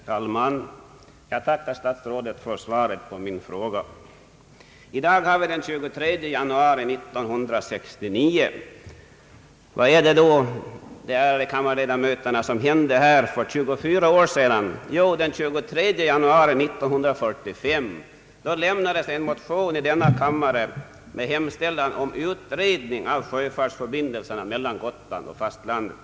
Herr talman! Jag tackar statsrådet för svaret på min fråga. I dag har vi den 23 januari 1969. Vet de ärade kammarledamöterna vad som hände i denna kammare för 24 år sedan? Jo, den 23 januari 1945 lämnades i denna kammare en motion med hemställan om utredning av sjöfartsförbindelserna mellan Gotland och fastlandet.